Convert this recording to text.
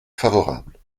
favorables